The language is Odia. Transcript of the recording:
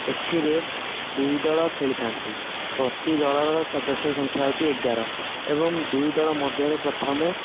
ଏଥିରେ ଦୁଇ ଦଳ ଖେଳିଥାନ୍ତି ପ୍ରତି ଦଳର ସଦସ୍ୟ ସଂଖ୍ୟା ହେଉଛି ଏଗାର ଏବଂ ଦୁଇ ଦଳ ମଧ୍ୟରେ ପ୍ରଥମେ